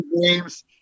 games